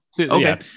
Okay